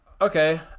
Okay